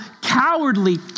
cowardly